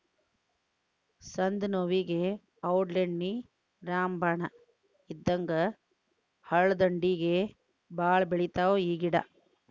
ಸಂದನೋವುಗೆ ಔಡ್ಲೇಣ್ಣಿ ರಾಮಬಾಣ ಇದ್ದಂಗ ಹಳ್ಳದಂಡ್ಡಿಗೆ ಬಾಳ ಬೆಳಿತಾವ ಈ ಗಿಡಾ